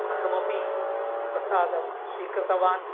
अहमपि प्रसादं स्वीकृतवान्